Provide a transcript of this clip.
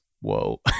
Whoa